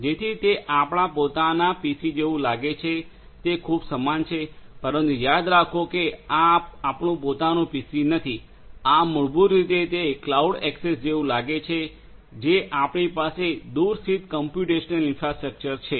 જેથી તે આપણા પોતાના પીસી જેવું લાગે છે તે ખૂબ જ સમાન છે પરંતુ યાદ રાખો કે આ આપણું પોતાનું પીસી નથી આ મૂળભૂત રીતે તે ક્લાઉડ એક્સેસ જેવું લાગે છે જે આપણી પાસે દૂરસ્થિત કોમ્પ્યુટેશનલ ઇન્ફ્રાસ્ટ્રક્ચર છે